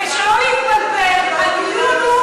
ושלא יתבלבל, הדיון הוא